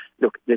look